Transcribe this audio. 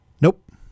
Nope